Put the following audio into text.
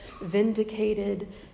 vindicated